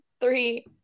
three